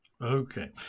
Okay